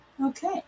Okay